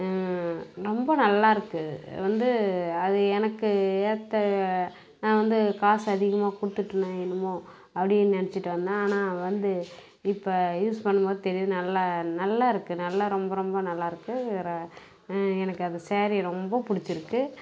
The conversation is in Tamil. ரொம்ப நல்லா இருக்குது வந்து அது எனக்கு ஏற்ற நான் வந்து காசு அதிகமாக கொடுத்துட்டனோ என்னமோ அப்படினு நினச்சிட்டு வந்தேன் ஆனால் வந்து இப்போ யூஸ் பண்ணும்போது தெரியுது நல்லா நல்லா இருக்குது நல்லா ரொம்ப ரொம்ப நல்லாயிருக்கு எனக்கு அந்த சேரீ ரொம்பப் பிடிச்சிருக்கு